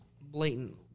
blatant